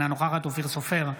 אינה נוכחת אופיר סופר,